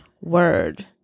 Word